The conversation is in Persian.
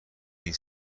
این